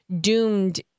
doomed